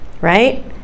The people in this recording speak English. Right